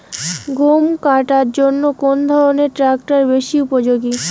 গম কাটার জন্য কোন ধরণের ট্রাক্টর বেশি উপযোগী?